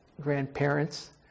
grandparents